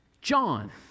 John